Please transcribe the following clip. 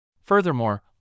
Furthermore